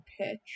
pitch